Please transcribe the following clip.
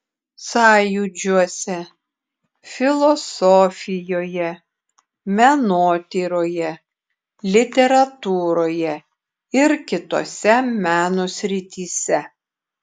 sąjūdžiuose filosofijoje menotyroje literatūroje ir kitose meno srityse